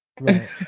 Right